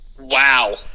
Wow